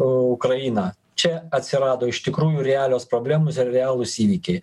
ukrainą čia atsirado iš tikrųjų realios problemos ir realūs įvykiai